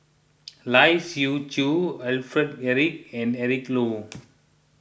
Lai Siu Chiu Alfred Eric and Eric Low